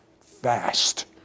fast